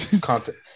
content